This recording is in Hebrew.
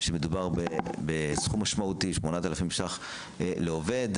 מדובר בסכום משמעותי 8,000 ש"ח לעובד.